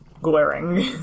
Glaring